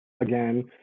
again